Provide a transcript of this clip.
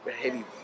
heavy